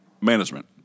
management